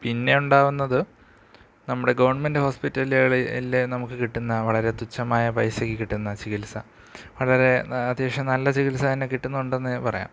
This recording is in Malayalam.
പിന്നെ ഉണ്ടാവുന്നത് നമ്മുടെ ഗവൺമെൻ്റ് ഹോസ്പിറ്റലുകളിൽ നമുക്ക് കിട്ടുന്ന വളരെ തുച്ചമായ പൈസയ്ക്ക് കിട്ടുന്ന ചികിത്സ വളരെ അത്യാവശ്യം നല്ല ചികിത്സ തന്നെ കിട്ടുന്നുണ്ടെന്ന് പറയാം